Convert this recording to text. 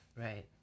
right